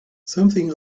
something